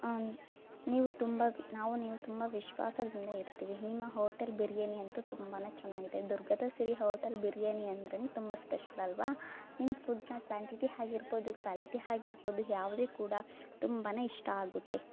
ನೀವು ತುಂಬ ನಾವು ನೀವು ತುಂಬ ವಿಶ್ವಾಸದಿಂದ ಇರ್ತೀವಿ ನಿಮ್ಮ ಹೋಟೆಲ್ ಬಿರಿಯಾನಿ ಅಂತು ತುಂಬ ಚೆನ್ನಾಗಿದೆ ದುರ್ಗದ ಸಿರಿ ಹೋಟೆಲ್ ಬಿರಿಯಾನಿ ಅಂದ್ರೆ ತುಂಬ ಸ್ಪೆಷಲ್ ಅಲ್ಲವಾ ನಿಮ್ಮ ಫುಡ್ಡಿನ ಕ್ವಾಂಟಿಟಿ ಆಗಿರ್ಬೋದು ಕ್ವಾಲಿಟಿ ಆಗಿರ್ಬೋದು ಯಾವ್ದು ಕೂಡ ತುಂಬ ಇಷ್ಟ ಆಗುತ್ತೆ